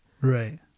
right